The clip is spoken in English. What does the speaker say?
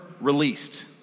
released